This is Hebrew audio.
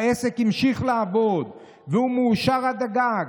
העסק המשיך לעבוד, והוא מאושר עד הגג.